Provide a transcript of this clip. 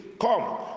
Come